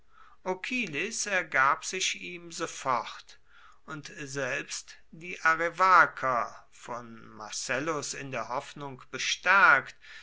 okilis ergab sich ihm sofort und selbst die arevaker von marcellus in der hoffnung bestärkt